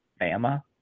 Bama